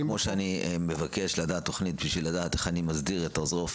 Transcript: -- אבל כמו שאני מבקש לדעת תכנית כדי לדעת איך אני מסדיר את עוזרי הרופא